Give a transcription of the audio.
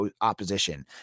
opposition